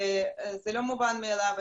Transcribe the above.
זה לא מובן מאליו.